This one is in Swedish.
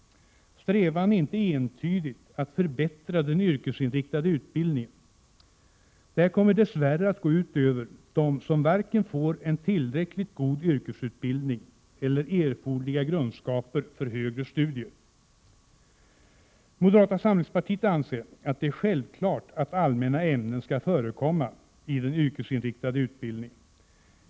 Strävan är inte entydigt att förbättra den yrkesinriktade utbildningen. Detta kommer dess värre att gå ut över eleverna, som varken får en tillräckligt god yrkesutbildning eller erforderliga grundkunskaper för högre studier. Moderata samlingspartiet anser att det är självklart att allmänna ämnen skall förekomma i den yrkesinriktade utbildningen.